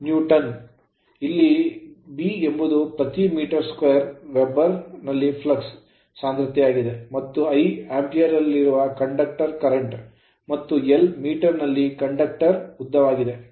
B ಎಂಬುದು ಪ್ರತಿ meter2 metre ಚದರಕ್ಕೆ weber ವೆಬರ್ ನಲ್ಲಿ flux ಫ್ಲಕ್ಸ್ ಸಾಂದ್ರತೆಯಾಗಿದೆ ಮತ್ತು I Ampere ಆಂಪಿಯರ ಲ್ಲಿರುವ conductor ಕಂಡಕ್ಟರ್ ಗಳಲ್ಲಿ current ಕರೆಂಟ್ ಮತ್ತು l meter ಮೀಟರ್ ನಲ್ಲಿ conductor ಕಂಡಕ್ಟರ್ ನ ಉದ್ದವಾಗಿದೆ